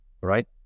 right